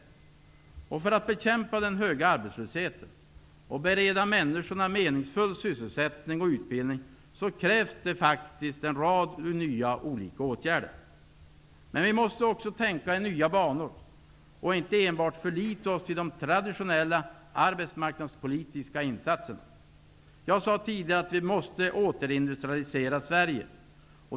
För att bekämpa den höga arbetslösheten och bereda människorna meningsfull sysselsättning och utbildning krävs faktiskt en rad nya åtgärder. Men vi måste också tänka i nya banor och inte enbart förlita oss till de traditionella arbetsmarknadspolitiska åtgärderna. Jag sade tidigare att vi måste återindustrialisera Sverige.